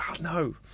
no